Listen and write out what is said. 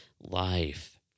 life